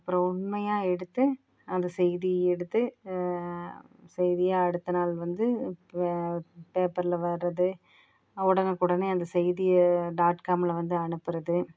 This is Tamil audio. அப்புறம் உண்மையாக எடுத்து அந்த செய்தி எடுத்து செய்தியாக அடுத்த நாள் வந்து இப்ப பேப்பர்ல வர்றது உடனுக்குடனே அந்த செய்தியை டாட் காம்ல வந்து அனுப்புறது